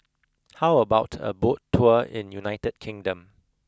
how about a boat tour in United Kingdom